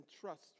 trust